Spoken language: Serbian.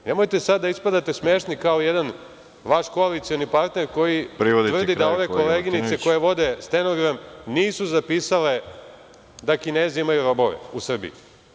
Nemojte sada da ispadate smešni kao jedan vaš koalicioni partner koji tvrdi da ove koleginice koje vode stenogram nisu zapisale da Kinezi imaju robove u Srbiji.